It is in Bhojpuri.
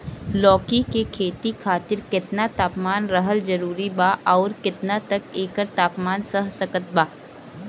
लौकी के खेती खातिर केतना तापमान रहल जरूरी बा आउर केतना तक एकर तापमान सह सकत बा?